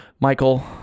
Michael